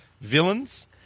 Villains